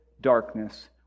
darkness